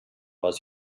was